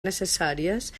necessàries